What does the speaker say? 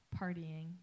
partying